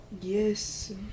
Yes